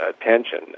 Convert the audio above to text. attention